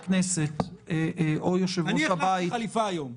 כשיושב-ראש הבית -- אני החלפתי חליפה היום לרגל המעמד.